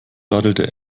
radelte